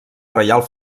reial